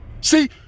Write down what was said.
See